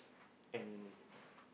and